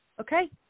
Okay